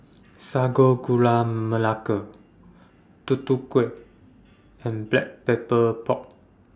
Sago Gula Melaka Tutu Kueh and Black Pepper Pork